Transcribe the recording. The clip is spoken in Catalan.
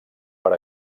per